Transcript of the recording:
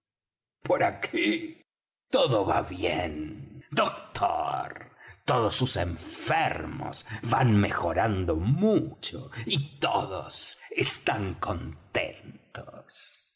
por aquí todo va bien doctor todos sus enfermos van mejorando mucho y todos están contentos